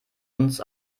uns